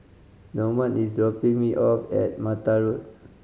Normand is dropping me off at Mattar Road